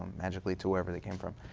magically to wherever they came from.